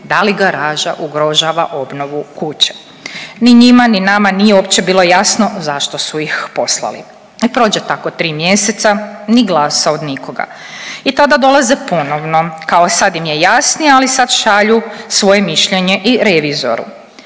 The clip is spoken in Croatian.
da li garaža ugrožava obnovu kuće. Ni njima ni nama nije uopće bilo jasno zašto su ih poslali. I prođe tako tri mjeseca ni glasa od nikoga. I tada dolaze ponovno, kao sad im je jasnije, ali sad šalju svoje mišljenje i revizoru,